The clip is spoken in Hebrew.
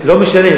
לא משנה,